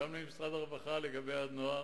גם למשרד הרווחה לגבי הנוער,